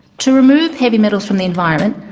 to remove heavy metals from the environment,